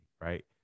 right